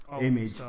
image